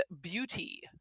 beauty